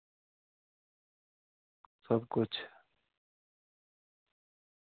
सब किश